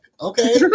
okay